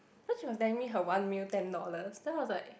cause she was telling me her one meal ten dollars then I was like